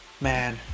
man